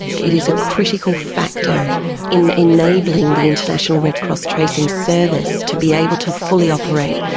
it is a critical factor in enabling the international red cross tracing service to be able to fully operate.